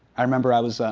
i remember i was,